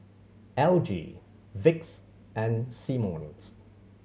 L G Vicks and Simmons